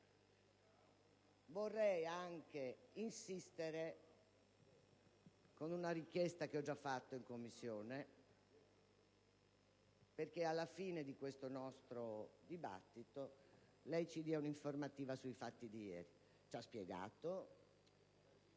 vorrei insistere con una richiesta che ho già fatto in Commissione, perché alla fine di questo nostro dibattito lei ci dia un'informativa sui fatti di ieri.